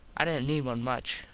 i didnt need one much.